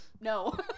no